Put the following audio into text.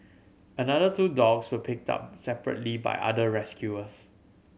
another two dogs were picked up separately by other rescuers